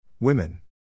Women